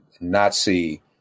Nazi